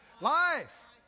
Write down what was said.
life